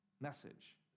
message